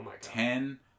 ten